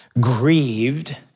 grieved